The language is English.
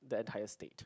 the entire state